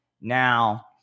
Now